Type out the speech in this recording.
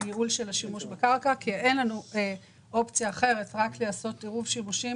זה ייעול של השימוש בקרקע כי אין לנו אופצייה אחרת למעט עירוב שימושים